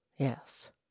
Yes